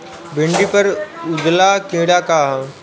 भिंडी पर उजला कीड़ा का है?